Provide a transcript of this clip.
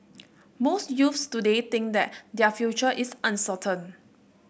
most youths today think that their future is uncertain